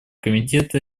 комитета